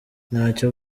ntacyo